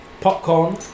Popcorn